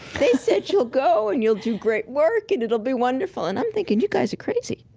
they said, you'll go and you'll do great work and it'll be wonderful. and i'm thinking, you guys are crazy.